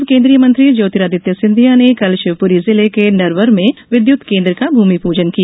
पूर्व केंद्रीय मंत्री ज्योतिरादित्य सिंधिया ने शिवपूरी जिले के नरवर में विद्युत केन्द्र का भूमिपूजन किया